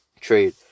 trade